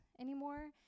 anymore